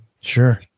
Sure